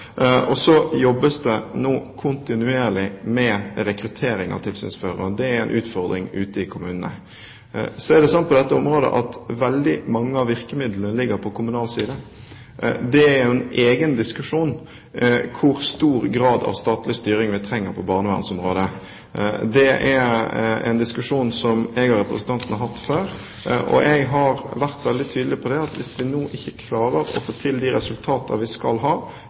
Så jobbes det nå kontinuerlig med rekruttering av tilsynsførere, og det er en utfordring ute i kommunene. Så er det slik på dette området at veldig mange av virkemidlene ligger på kommunal side. Hvor stor grad av statlig styring vi trenger på barnevernsområdet, er en egen diskusjon. Det er en diskusjon som jeg og representanten har hatt før. Jeg har vært veldig tydelig på at hvis vi nå ikke klarer å få til de resultater vi skal ha